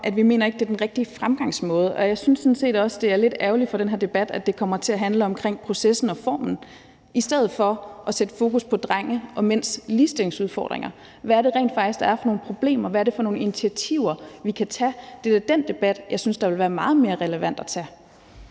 at vi ikke mener, at det er den rigtige fremgangsmåde. Og jeg synes sådan set også, at det er lidt ærgerligt for den her debat, at det kommer til at handle om processen og formen i stedet for at sætte fokus på drenge og mænds ligestillingsudfordringer. Hvad er det rent faktisk, der er af problemer? Hvad er det for nogle initiativer, vi kan tage? Det er da den debat, som jeg synes vil være meget mere relevant at tage.